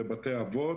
בתי-אבות,